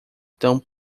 tão